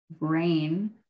brain